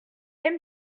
aime